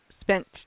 spent